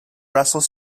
russell